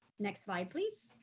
next slide, please.